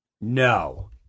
No